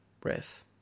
breath